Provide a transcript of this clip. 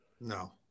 no